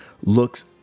looks